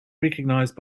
recognized